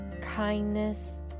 Kindness